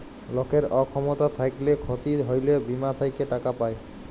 লকের অক্ষমতা থ্যাইকলে ক্ষতি হ্যইলে বীমা থ্যাইকে টাকা পায়